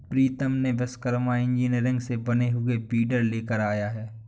प्रीतम ने विश्वकर्मा इंजीनियरिंग से बने हुए वीडर लेकर आया है